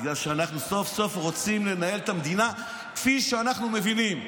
בגלל שאנחנו סוף-סוף רוצים לנהל את המדינה כפי שאנחנו מבינים.